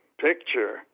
picture